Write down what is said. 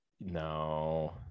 No